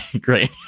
great